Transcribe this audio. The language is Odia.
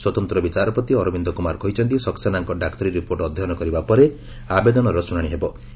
ସ୍ୱତନ୍ତ୍ର ବିଚାରପତି ଅରବିନ୍ଦ କୁମାର କହିଛନ୍ତି ସକ୍ସେନାଙ୍କ ଡାକ୍ତରୀ ରିପୋର୍ଟ ଅଧ୍ୟୟନ କରିବା ପରେ ଆବେଦନର ଶୁଣାଣି କରିବେ